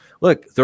look